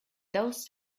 those